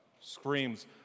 screams